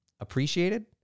appreciated